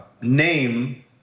name